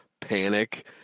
panic